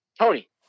Tony